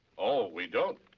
oh, we don't?